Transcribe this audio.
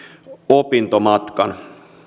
opintomatkan